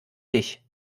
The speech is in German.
dich